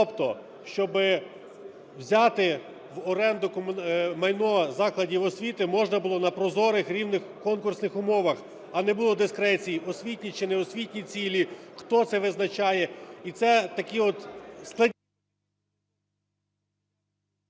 Тобто щоб взяти в оренду майно закладів освіти можна було на прозорих рівних конкурсних умовах, а не було дискреції – освітні чи не освітні цілі. Хто це визначає?